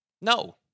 No